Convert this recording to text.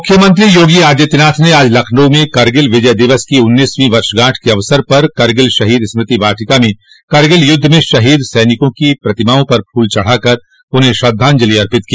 मुख्यमंत्री योगी आदित्यनाथ ने आज लखनऊ में करगिल विजय दिवस की उन्नीसवीं वर्षगांठ के अवसर पर करगिल शहीद स्मृति वाटिका में करगिल युद्ध में शहीद सैनिकों की प्रतिमाओं पर फूल चढ़ाकर उन्हें श्रद्धाजंलि अर्पित की